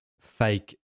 fake